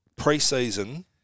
Pre-season